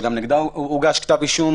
שגם נגדה כתב אישום